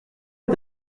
est